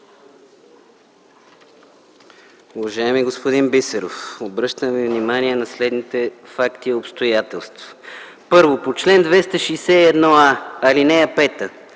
Уважаеми господин Бисеров, обръщам Ви внимание на следните факти и обстоятелства. Първо, по чл. 261а, ал. 5